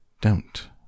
Don't